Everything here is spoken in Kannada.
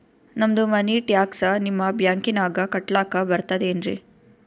ನಮ್ದು ಮನಿ ಟ್ಯಾಕ್ಸ ನಿಮ್ಮ ಬ್ಯಾಂಕಿನಾಗ ಕಟ್ಲಾಕ ಬರ್ತದೇನ್ರಿ?